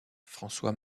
françois